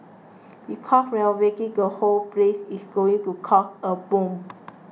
because renovating the whole place is going to cost a bomb